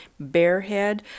Bearhead